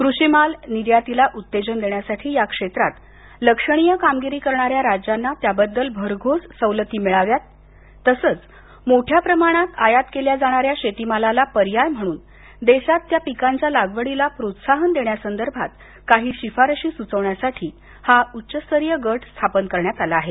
कृषिमाल निर्यातीला उत्तेजन देण्यासाठी या क्षेत्रात लक्षणीय कामगिरी करणाऱ्या राज्यांना त्याबद्दल भरघोस सवलती मिळाव्यात तसंच मोठ्या प्रमाणात आयात केल्या जाणाऱ्या शेती मालाला पर्याय म्हणून देशात त्या पिकांच्या लागवडीस प्रोत्साहन देण्यासंदर्भातील शिफारशी सुचवण्यासाठी हा उच्चस्तरीय गट स्थापन करण्यात आला आहे